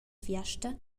fiasta